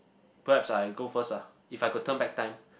perhaps I go first ah if I can turn back time